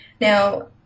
Now